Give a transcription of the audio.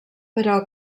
però